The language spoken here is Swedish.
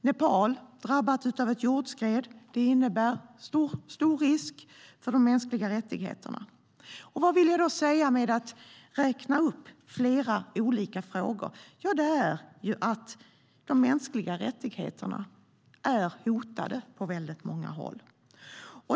Nepal har drabbats av ett jordskred. Det innebär en stor risk för de mänskliga rättigheterna. Vad vill jag då säga genom att räkna upp flera olika frågor? Jo, det är att de mänskliga rättigheterna är hotade på väldigt många håll.